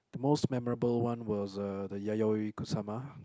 most memorable one was uh the Yayoi-Kusama